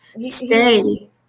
Stay